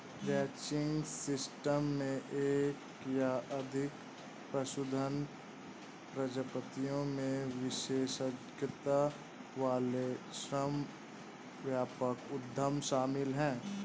ranching system में एक या अधिक पशुधन प्रजातियों में विशेषज्ञता वाले श्रम व्यापक उद्यम शामिल हैं